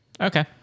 Okay